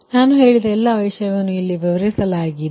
ಆದ್ದರಿಂದ ನಾನು ಹೇಳಿದ್ದನ್ನು ನೀವು ಅರ್ಥಮಾಡಿಕೊಂಡಿರಬಹುದು